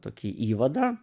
tokį įvadą